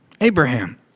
Abraham